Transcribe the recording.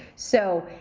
so